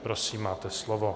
Prosím, máte slovo.